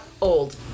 old